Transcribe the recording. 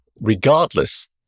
regardless